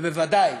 ובוודאי,